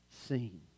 seen